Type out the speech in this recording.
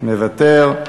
מוותר.